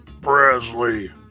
Presley